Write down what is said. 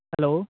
hello